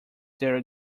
their